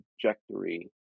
trajectory